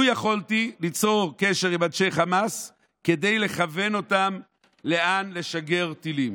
לו יכולתי ליצור קשר עם אנשי חמאס כדי לכוון אותם לאן לשגר טילים.